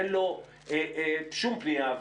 אין לו שום פנייה,